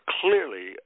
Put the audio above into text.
clearly